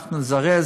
ואנחנו נזרז,